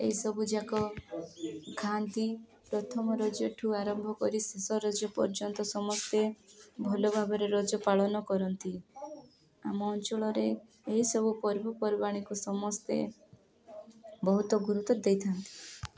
ଏହିସବୁଯାକ ଖାଆନ୍ତି ପ୍ରଥମ ରଜଠୁ ଆରମ୍ଭ କରି ଶେଷ ରଜ ପର୍ଯ୍ୟନ୍ତ ସମସ୍ତେ ଭଲ ଭାବରେ ରଜ ପାଳନ କରନ୍ତି ଆମ ଅଞ୍ଚଳରେ ଏହିସବୁ ପର୍ବପର୍ବାଣଣିକୁ ସମସ୍ତେ ବହୁତ ଗୁରୁତ୍ୱ ଦେଇଥାନ୍ତି